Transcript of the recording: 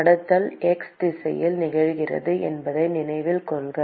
கடத்தல் x திசையில் நிகழ்கிறது என்பதை நினைவில் கொள்க